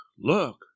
look